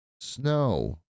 snow